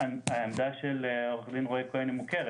העמדה של עורך דין רועי כהן מוכרת,